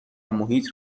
محیط